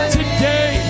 today